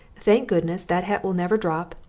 thank goodness, that hat will never drop,